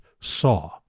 saw